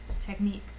technique